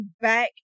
back